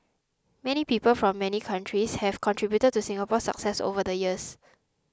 many people from many countries have contributed to Singapore's success over the years